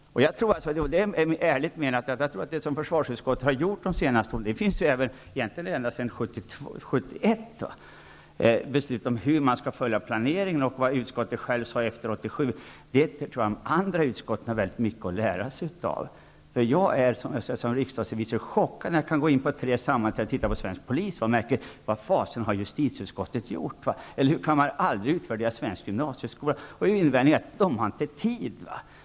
Jag tror att -- och det är ärligt menat -- det försvarsutskottet har gjort under de senaste åren, egentligen ända sedan 1971, nämligen beslutat följa upp planeringen, har andra utskott mycket att lära sig av. Jag blir ibland som riksdagsrevisor chockad. Jag går t.ex. på ett sammanträde hos svensk polis och tänker: Vad fasen har justitieutskottet gjort? Eller så tänker jag: Kan man aldrig utvärdera svensk gymnasieskola? Politikerna invänder med att säga att de inte har tid.